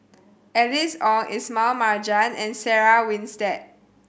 Alice Ong Ismail Marjan and Sarah Winstedt